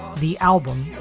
the album,